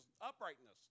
uprightness